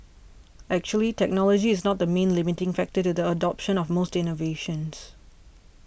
actually technology is not the main limiting factor to the adoption of most innovations